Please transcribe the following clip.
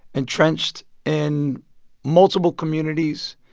entrenched in multiple communities,